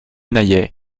naillet